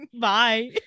Bye